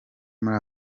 muri